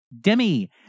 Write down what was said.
Demi